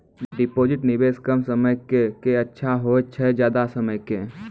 Deposit निवेश कम समय के के अच्छा होय छै ज्यादा समय के?